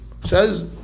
says